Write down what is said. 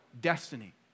destiny